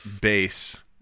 base